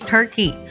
Turkey